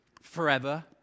forever